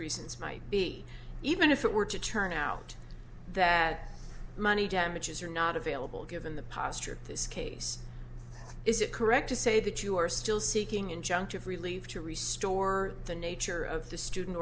reasons might be even if it were to turn out that money damages are not available given the posture this case is it correct to say that you are still seeking injunctive relief to resource the nature of the student